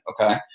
okay